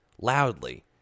loudly